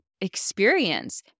experience